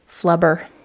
Flubber